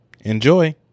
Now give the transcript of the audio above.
Enjoy